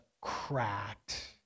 cracked